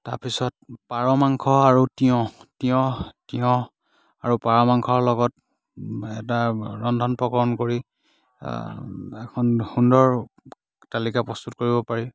তাৰ পিছত পাৰ মাংস আৰু তিঁয়হ তিঁয়হ তিঁয়হ আৰু পাৰ মাংসৰ লগত এটা ৰন্ধন প্ৰকৰণ কৰি এখন সুন্দৰ তালিকা প্ৰস্তুত কৰিব পাৰি